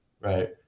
right